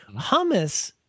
Hummus